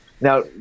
Now